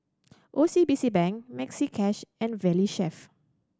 O C B C Bank Maxi Cash and Valley Chef